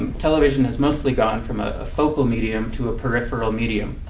and television has mostly gone from ah a focal medium to a peripheral medium.